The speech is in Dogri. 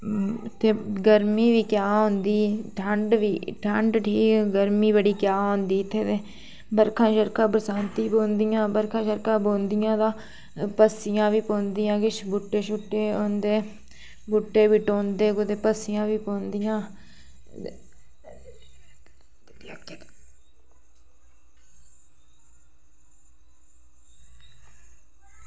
ते गर्मी बी क्या होंदी ठंड ठीक ठंड बी ठीक गर्मी बी क्या होंदी इत्थै ते बर्खा बरसांती पौंदियां बर्खा पौंदियां ता पस्सियां बी पौंदियां किश बूह्टे पौंदे बूह्टे बी ढौं कुतै पस्सियां बी पौंदियां